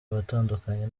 watandukanye